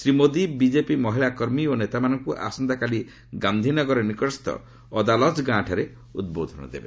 Shri Modi BJP ମହିଳା କର୍ମୀ ଓ ନେତାମାନଙ୍କୁ ଆସନ୍ତାକାଲି ଗାନ୍ଧିନଗର ନିକଟସ୍କୁ ଅଦାଲକ୍ ଗାଁଠାରେ ଉଦ୍ବୋଧନ ଦେବେ